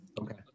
Okay